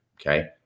Okay